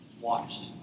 Watched